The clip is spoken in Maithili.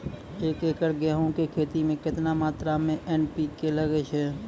एक एकरऽ गेहूँ के खेती मे केतना मात्रा मे एन.पी.के लगे छै?